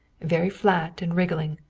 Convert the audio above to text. very flat and wriggling.